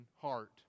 heart